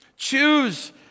Choose